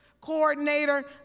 coordinator